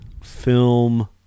film